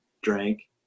drank